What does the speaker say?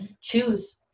choose